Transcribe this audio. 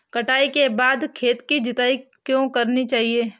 कटाई के बाद खेत की जुताई क्यो करनी चाहिए?